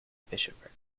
bishopric